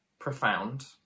Profound